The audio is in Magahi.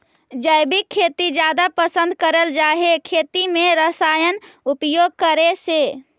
जैविक खेती जादा पसंद करल जा हे खेती में रसायन उपयोग करे से